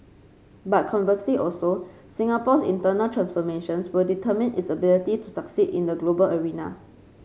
but conversely also Singapore's internal transformations will determine its ability to succeed in the global arena